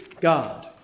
God